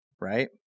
right